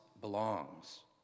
belongs